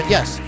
Yes